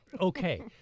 Okay